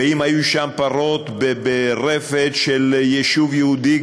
ואם היו שם פרות ברפת של יישוב יהודי